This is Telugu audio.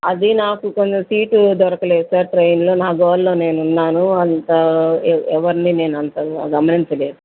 అది నాకు కొంచెం సీటు దొరకలేదు సార్ కొంచెం ట్రైన్లో ఆ గోలలో నేను ఉన్నాను అంత ఎవరిని నేను అంతగా గమనించలేదు సార్